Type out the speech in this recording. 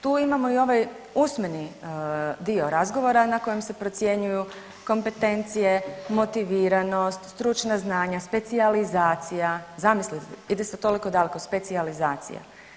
Tu imamo i ovaj usmeni dio razgovora na kojem se procjenjuju kompetencije, motiviranost, stručna znanja, specijalizacija, zamislite ide se toliko daleko, specijalizacija.